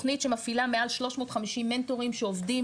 תוכנית שמפעילה מעל 350 מנטורים שעובדים